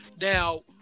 Now